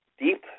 deep